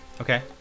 Okay